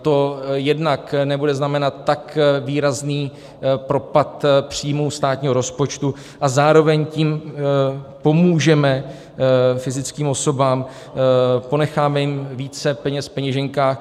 To jednak nebude znamenat tak výrazný propad příjmů státního rozpočtu a zároveň tím pomůžeme fyzickým osobám, ponecháme jim více peněz v peněženkách.